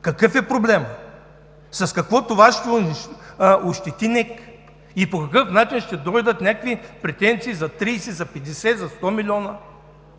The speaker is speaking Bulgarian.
Какъв е проблемът? С какво това ще ощети НЕК? По какъв начин ще дойдат някакви претенции за 30, за 50, за 100 милиона